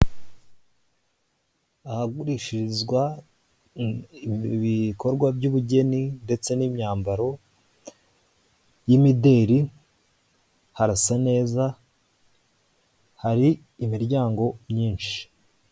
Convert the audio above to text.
Ahagurishirizwa ibikorwa by'ubugeni, ndetse n'imyambaro y'imideli harasa neza, hari imiryango myinshi.